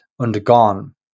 undergone